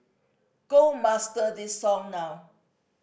go master this song now